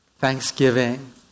Thanksgiving